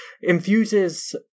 infuses